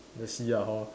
let's see ah hor